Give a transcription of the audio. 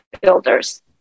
builders